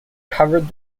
covered